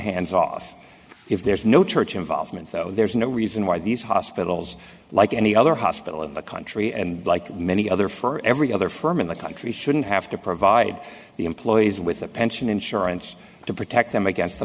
hands off if there's no church involvement though there's no reason why these hospitals like any other hospital in the country and like many other for every other firm in the country shouldn't have to provide the employees with a pension insurance to protect them against the